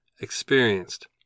experienced